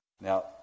Now